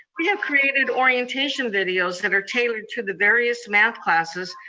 we have created orientation videos that are tailored to the various math classes,